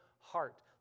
Heart